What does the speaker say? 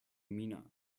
mina